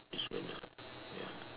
it's good enough ya